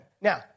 Now